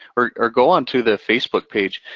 or go onto the facebook page,